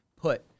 put